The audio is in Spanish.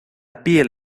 piel